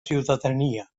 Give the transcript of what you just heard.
ciutadania